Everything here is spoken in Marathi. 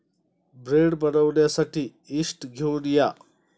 ब्रेड बनवण्यासाठी यीस्ट घेऊन या